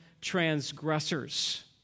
transgressors